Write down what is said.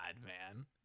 man